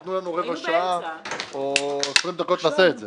תנו לנו רבע שעה, 20 דקות ונעשה את זה.